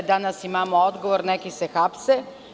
Danas imamo odgovor da se neki hapse.